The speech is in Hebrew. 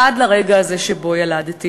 עד לרגע הזה שילדתי.